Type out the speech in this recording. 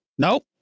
Nope